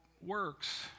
works